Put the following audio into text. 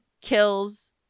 kills